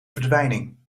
verdwijning